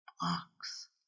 blocks